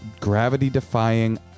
gravity-defying